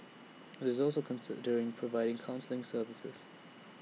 IT is also considering providing counselling services